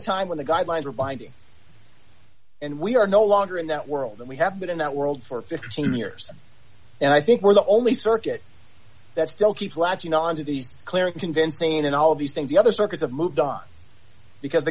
time when the guidelines are binding and we are no longer in that world and we have been in that world for fifteen years and i think we're the only circuit that still keeps latching onto these clear and convincing in all of these things the other circuits of moved on because the